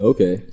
Okay